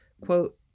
Quote